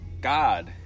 God